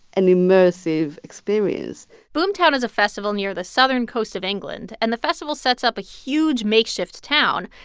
an immersive experience boomtown is a festival near the southern coast of england, and the festival sets up a huge makeshift town.